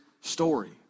story